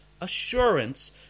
assurance